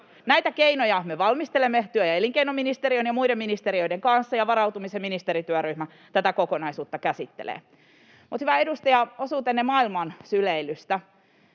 Näitä keinoja me valmistelemme työ- ja elinkeinoministeriön ja muiden ministeriöiden kanssa, ja varautumisen ministerityöryhmä tätä kokonaisuutta käsittelee. Mutta, hyvä edustaja, osuutenne ”maailman syleilystä”: